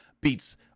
beats